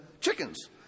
chickens